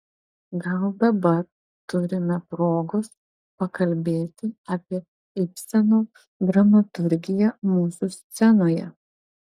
gal dabar turime progos pakalbėti apie ibseno dramaturgiją mūsų scenoje